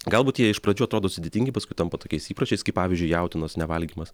galbūt jie iš pradžių atrodo sudėtingi paskui tampa tokiais įpročiais kaip pavyzdžiui jautienos nevalgymas